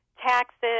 taxes